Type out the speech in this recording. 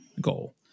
goal